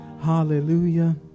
hallelujah